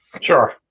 Sure